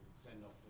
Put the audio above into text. send-off